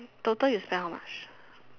total you spend how much